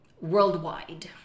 worldwide